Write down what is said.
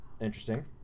interesting